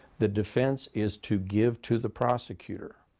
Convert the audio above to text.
the defense is to give to the prosecutor